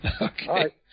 Okay